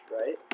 right